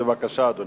בבקשה, אדוני.